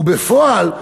ובפועל,